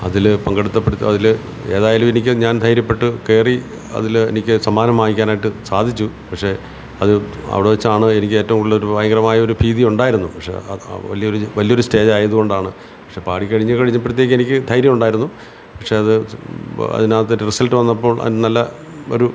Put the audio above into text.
അതിൽ പങ്കെടുത്തപ്പോൾ അതിൽ ഏതായാലും എനിക്ക് ഞാൻ ധൈര്യപ്പെട്ട് കയറി അതിൽ എനിക്ക് സമ്മാനം വാങ്ങിക്കാനായിട്ട് സാധിച്ചു പക്ഷേ അത് അവിടെ വെച്ചാണ് എനിക്ക് ഏറ്റവും കൂടുതൽ ഒരു ഭയങ്കരമായൊരു ഭീതി ഉണ്ടായിയുരുന്നു പക്ഷേ അ അ വലിയൊരു സ്റ്റേജ് ആയതുകൊണ്ടാണ് പക്ഷേ പാടി കഴിഞ്ഞ് കഴിഞ്ഞപ്പോഴത്തേക്ക് എനിക്ക് ധൈര്യം ഉണ്ടായിരുന്നു പക്ഷേ അത് അതിനകത്ത് റിസൾട്ട് വന്നപ്പോൾ നല്ല ഒരു